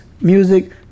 music